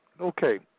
Okay